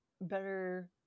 better